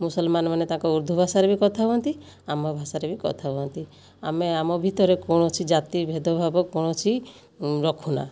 ମୁସଲମାନମାନେ ତାଙ୍କ ଉର୍ଦ୍ଦୁ ଭାଷାରେ ବି କଥା ହୁଅନ୍ତି ଆମ ଭାଷାରେ ବି କଥା ହୁଅନ୍ତି ଆମେ ଆମ ଭିତରେ କୌଣସି ଜାତି ଭେଦ ଭାବ କୌଣସି ରଖୁନା